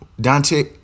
Dante